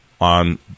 on